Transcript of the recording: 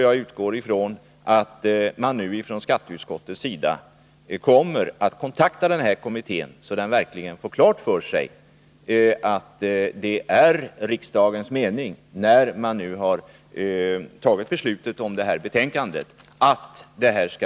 Jag utgår ifrån att man från skatteutskottets sida, sedan beslut fattats med anledning av detta betänkande, kommer att kontakta den här kommittén, så att den verkligen får klart för sig att det är riksdagens mening att frågan skall bli föremål för en översyn.